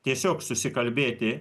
tiesiog susikalbėti